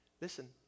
Listen